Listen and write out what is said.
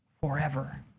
forever